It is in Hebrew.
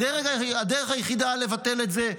הדרך היחידה לבטל את זה,